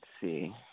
see